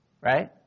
Right